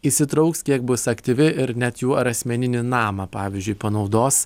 įsitrauks kiek bus aktyvi ir net jų ar asmeninį namą pavyzdžiui panaudos